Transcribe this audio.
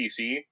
PC